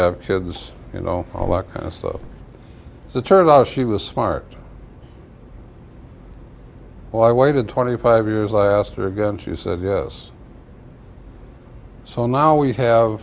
have kids you know all that kind of stuff so it turned out she was smart well i waited twenty five years i asked her again she said yes so now we have